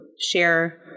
share